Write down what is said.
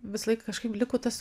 visąlaik kažkaip liko tas